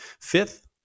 Fifth